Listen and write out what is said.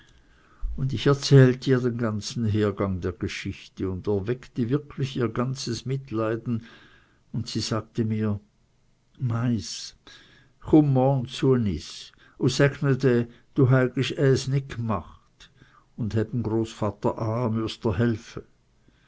stehen ich erzählte ihr den ganzen hergang der geschichte und erweckte wirklich ihr ganzes mitleiden und sie sagte mir meiß chumm morn zue n is u säg ne de du heigisch äys nit gmacht u häb em großvater a